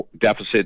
deficit